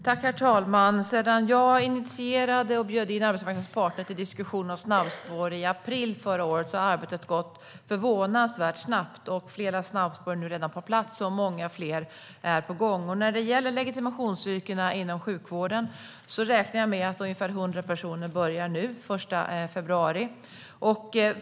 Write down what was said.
Herr talman! Sedan jag i april förra året initierade och bjöd in arbetsmarknadens parter till diskussioner om snabbspår har arbetet gått förvånansvärt snabbt. Flera snabbspår är redan på plats, och många fler är på gång. När det gäller legitimationsyrkena inom sjukvården räknar jag med att ungefär 100 personer börjar den 1 februari.